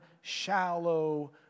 shallow